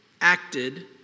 acted